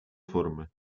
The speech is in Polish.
formy